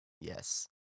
yes